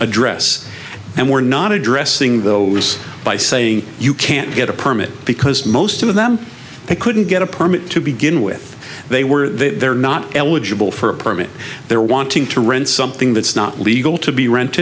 address and we're not addressing those by saying you can't get a permit because most of them they couldn't get a permit to begin with they were they're not eligible for a permit they're wanting to rent something that's not legal to be rent